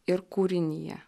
ir kūriniją